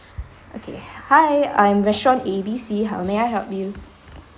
okay hi I'm restaurant A B C how may I help you